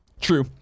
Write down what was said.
True